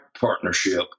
partnership